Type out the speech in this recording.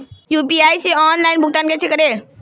UPI से online भुगतान कैसे करें?